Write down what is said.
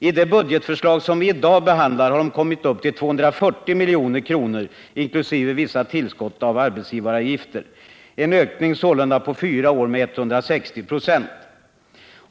I det budgetförslag som vi i dag behandlar har de kommit upp till 240 miljoner en ökning sålunda på fyra år med 160 96.